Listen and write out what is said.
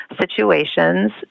situations